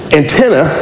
antenna